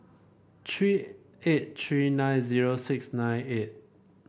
three eight three nine zero six nine eight